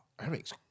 eric's